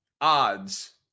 Odds